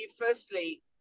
firstly